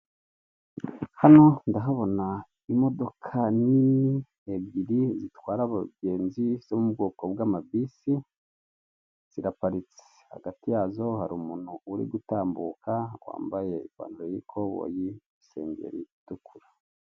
Hano ndahabona imodoka nini ebyiri zitwara abagenzi mu bwoko z'amabisi, ziraparitse hagati yazo hari umuntu urigutambuka wambaye ipantalo y'ikoboyi isengeri itukura.